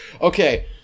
Okay